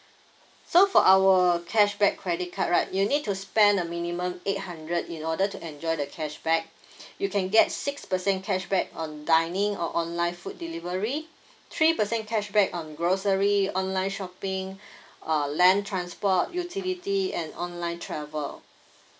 so for our cashback credit card right you need to spend a minimum eight hundred in order to enjoy the cashback you can get six percent cashback on dining or online food delivery three percent cashback on grocery online shopping uh land transport utility and online travel